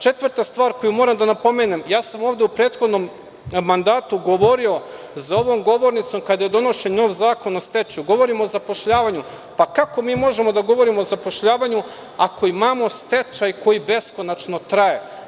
Četvrta stvar koju moram da napomenem, ja sam ovde u prethodnom mandatu govorio, za ovom govornicom kada je donošen nov Zakon o stečaju, govorim o zapošljavanju, pa kako mi možemo da govorimo o zapošljavanju ako imamo stečaj koji beskonačno traje.